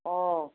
ம்